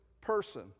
person